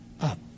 up